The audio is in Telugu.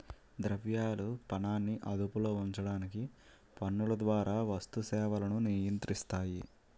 ద్రవ్యాలు పనాన్ని అదుపులో ఉంచడానికి పన్నుల ద్వారా వస్తు సేవలను నియంత్రిస్తాయి